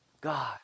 God